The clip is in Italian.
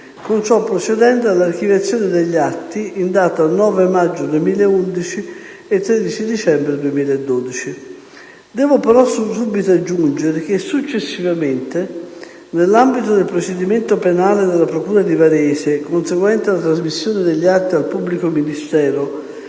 con ciò procedendo all'archiviazione degli atti in data 9 maggio 2011 e 13 dicembre 2012. Devo però subito aggiungere che successivamente, nell'ambito del procedimento penale della procura di Varese conseguente alla trasmissione degli atti al pubblico Ministero,